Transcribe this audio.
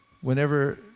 whenever